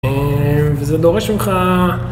וזה דורש ממך